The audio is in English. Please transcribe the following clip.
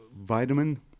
vitamin